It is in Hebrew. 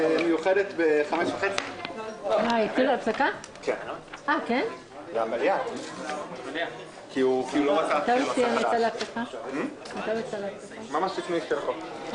15:55.